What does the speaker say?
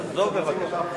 תקן אותי אם אני טועה.